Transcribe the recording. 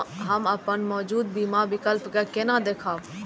हम अपन मौजूद बीमा विकल्प के केना देखब?